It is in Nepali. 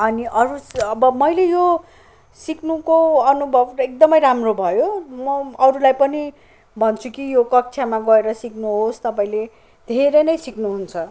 अनि अरू अब मैले यो सिक्नुको अनुभव एकदमै राम्रो भयो म अरूलाई पनि भन्छु कि यो कक्षामा गएर सिक्नुहोस् तपाईँले धेरै नै सिक्नुहुन्छ